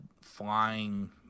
flying